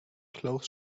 close